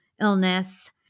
illness